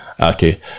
Okay